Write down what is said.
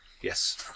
yes